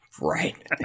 right